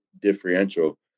differential